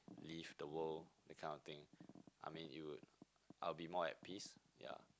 leave the world that kind of thing I mean you would I'll be more at peace yeah